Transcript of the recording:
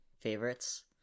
favorites